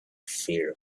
fear